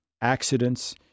accidents